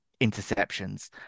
interceptions